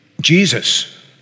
Jesus